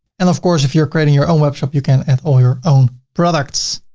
and of course, if you're creating your own web shop, you can add all your own products.